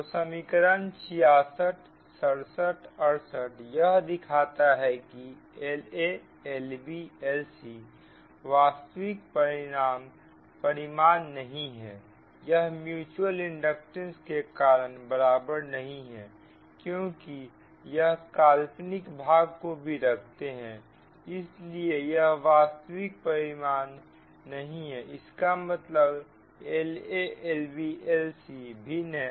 तो समीकरण 66 67 68 यह दिखाता है की La LbLcवास्तविक परिमाण नहीं है यह म्युचुअल इंडक्टेंस के कारण बराबर नहीं है क्योंकि यह काल्पनिक भाग को भी रखते हैं इसलिए यह वास्तविक परिमाण नहीं है इसका मतलब La LbLc भिन्न है